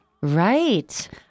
Right